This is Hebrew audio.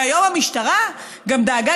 והיום המשטרה גם דאגה,